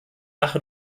sache